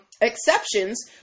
exceptions